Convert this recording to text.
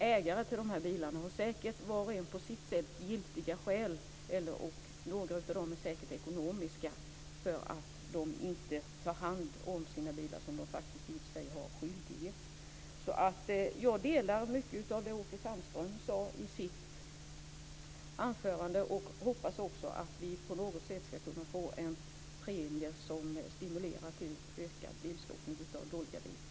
Ägarna till dessa bilar har säkert, var och en på sitt sätt, giltiga skäl - säkert ekonomiska - för att inte ta hand om sina bilar, vilket de i och för sig har skyldighet att göra. Jag delar många av åsikterna som Åke Sandström framförde i sitt anförande. Jag hoppas att vi ska få en premie som stimulerar till ökad skrotning av dåliga bilar.